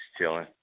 chilling